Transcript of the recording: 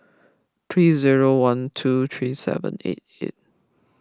three zero one two three seven eight eight